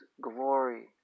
glory